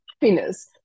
happiness